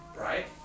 right